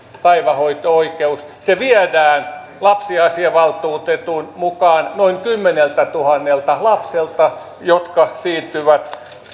päivähoito oikeus viedään lapsiasiavaltuutetun mukaan noin kymmeneltätuhannelta lapselta jotka siirtyvät